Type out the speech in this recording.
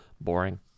Boring